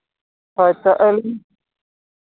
ᱦᱳᱭ ᱛᱚ ᱟᱹᱞᱤᱧ